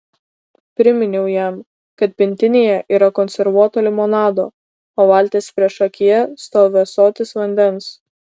priminiau jam kad pintinėje yra konservuoto limonado o valties priešakyje stovi ąsotis vandens